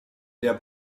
der